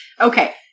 Okay